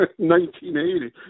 1980